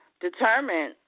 Determined